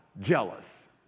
jealous